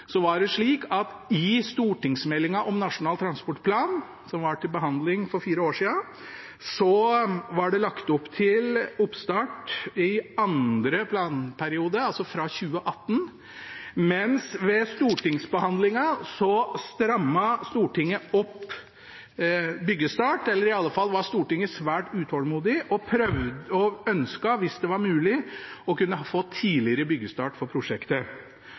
var det slik at i stortingsmeldingen om Nasjonal transportplan, som var til behandling for fire år siden, så var det lagt opp til oppstart i andre planperiode, altså fra 2018, mens ved stortingsbehandlingen strammet Stortinget opp byggestart. I alle fall var Stortinget svært utålmodig og ønsket, hvis det var mulig, å kunne få tidligere byggestart for prosjektet.